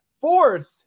fourth